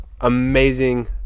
amazing